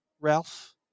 Ralph